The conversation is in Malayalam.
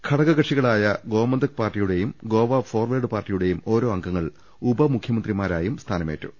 ഘടകകക്ഷിക ളായ ഗോമന്തക് പാർട്ടിയുടേയും ഗോവ ഫോർവേർഡ് പാർട്ടിയു ടേയും ഓരോ അംഗങ്ങൾ ഉപമുഖ്യമന്ത്രിമരായും സ്ഥാനമേറ്റു